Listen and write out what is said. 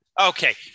Okay